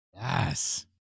Yes